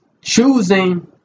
choosing